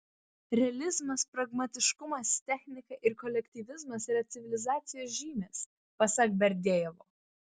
realizmas pragmatiškumas technika ir kolektyvizmas yra civilizacijos žymės pasak berdiajevo